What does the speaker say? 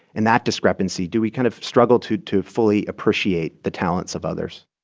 in that discrepancy. do we kind of struggle to to fully appreciate the talents of others?